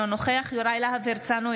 אינו נוכח יוראי להב הרצנו,